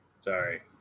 Sorry